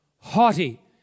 Haughty